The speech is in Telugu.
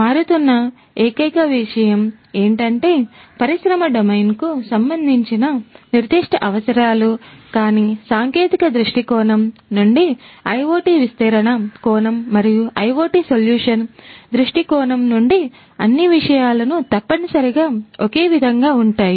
మారుతున్న ఏకైక విషయం ఏమిటంటే పరిశ్రమ డొమైన్ కు సంబంధించిన నిర్దిష్ట అవసరాలు కానీ సాంకేతిక దృష్టికోణం నుండి IoT విస్తరణ దృష్టికోణం నుండి అన్ని విషయాలు తప్పనిసరిగా ఒకే విధంగా ఉంటాయి